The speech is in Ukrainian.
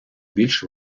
більш